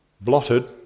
Blotted